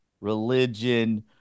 religion